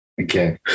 Okay